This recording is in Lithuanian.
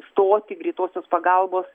stotį greitosios pagalbos